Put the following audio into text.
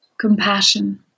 compassion